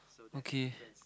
okay